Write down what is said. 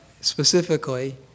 specifically